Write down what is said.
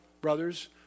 brothers